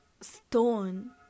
stone